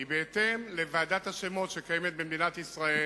היא בהתאם לוועדת השמות שקיימת במדינת ישראל.